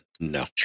no